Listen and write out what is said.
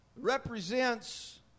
represents